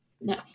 No